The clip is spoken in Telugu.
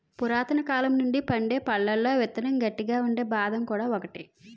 పురాతనకాలం నుండి పండే పళ్లలో విత్తనం గట్టిగా ఉండే బాదం కూడా ఒకటి